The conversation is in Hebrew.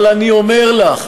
אבל אני אומר לך,